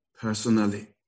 personally